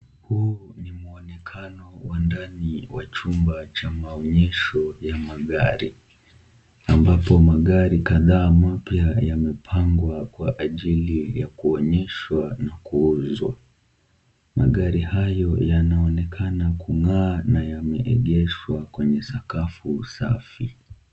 Huu ni mwonekano wa ndani wa chumba cha maonyesho ya magari ambapo magari kadhaa mapya yamepangwa kwa ajili ya kuonyeshwa na kuuzwa. Magari hayo yanaonekana kungaa na yameegeshwa kwenye sakafu safi.